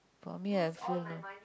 for me I feel